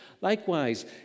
Likewise